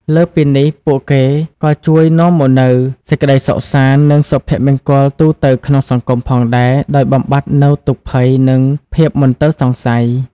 លើសពីនេះ ពួកគេក៏ជួយនាំមកនូវ សេចក្ដីសុខសាន្ត និងសុភមង្គលទូទៅក្នុងសង្គម ផងដែរ ដោយបំបាត់នូវទុក្ខភ័យ និងភាពមន្ទិលសង្ស័យ។